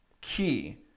Key